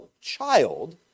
child